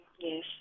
yes